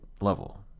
level